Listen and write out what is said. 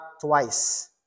twice